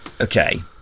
Okay